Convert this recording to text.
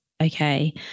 okay